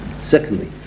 Secondly